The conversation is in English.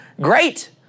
great